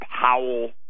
Powell